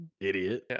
Idiot